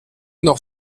noch